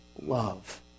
love